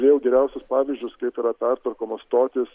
vėl geriausius pavyzdžius kaip yra pertvarkomos stotys